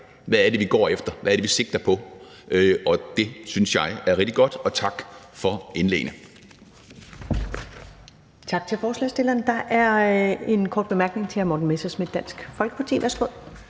hvad det er, vi går efter, hvad det er, vi sigter på, og det synes jeg er rigtig godt. Tak for indlæggene.